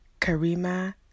Karima